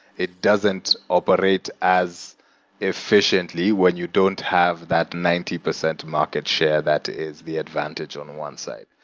it doesn't operate as efficiently when you don't have that ninety percent market share. that is the advantage on one side.